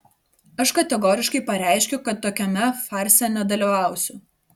aš kategoriškai pareiškiu kad tokiame farse nedalyvausiu